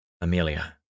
Amelia